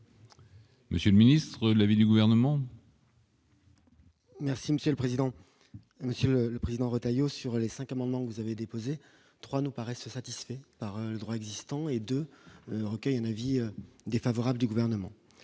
Monsieur le ministre, l'avis du gouvernement. Merci monsieur le président, Monsieur le Président, Retailleau, sur les 5 au moment où vous avez déposé 3 nous paraissent satisfaits par le droit existant, et 2, un avis défavorable du gouvernement